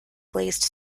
glazed